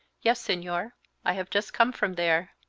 yes, senor i have just come from there.